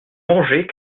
manger